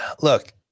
look